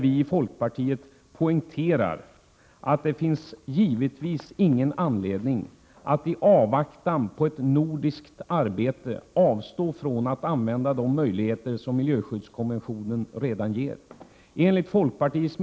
Vi i folkpartiet poängterar att det givetvis inte finns någon anledning att i avvaktan på ett nordiskt samarbete avstå från att använda de möjligheter som miljöskyddskonventionen redan ger oss.